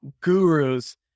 gurus